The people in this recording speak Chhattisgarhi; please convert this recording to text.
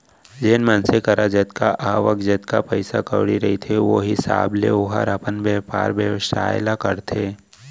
जेन मनसे करा जतका आवक, जतका पइसा कउड़ी रथे ओ हिसाब ले ओहर अपन बयपार बेवसाय ल करथे